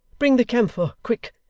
bring the camphor, quick!